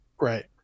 Right